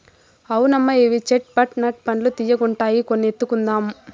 అవునమ్మా ఇవి చేట్ పట్ నట్ పండ్లు తీయ్యగుండాయి కొన్ని ఎత్తుకుందాం